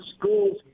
schools